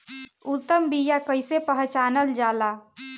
उत्तम बीया कईसे पहचानल जाला?